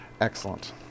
Excellent